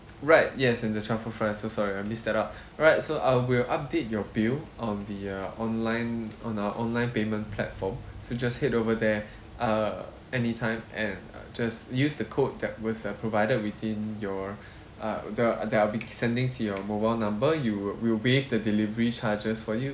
alright yes and the truffel fries so sorry I missed that out alright so I will update your bill on the uh online on our online payment platform so just head over there uh anytime and just use the code that was uh provided within your uh that I'll that I'll be sending to your mobile number you uh we'll waive the delivery charges for you